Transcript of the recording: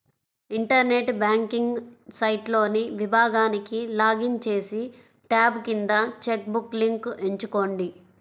internet banking సైట్లోని విభాగానికి login చేసి, ట్యాబ్ కింద చెక్ బుక్ లింక్ ఎంచుకోండి